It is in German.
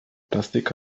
plastik